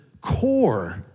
core